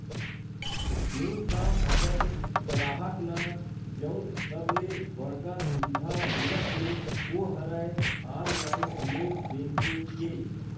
bank ह अपन गराहक ल जउन सबले बड़का सुबिधा देवत हे ओ हरय ऑनलाईन नेट बेंकिंग के